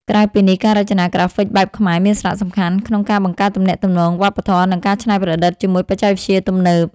ក្រៅពីនេះ ការរចនាក្រាហ្វិកបែបខ្មែរមានសារៈសំខាន់ក្នុងការបង្កើតទំនាក់ទំនងវប្បធម៌ និងការច្នៃប្រឌិតជាមួយបច្ចេកវិទ្យាទំនើប។